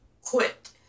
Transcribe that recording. quit